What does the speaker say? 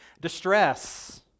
distress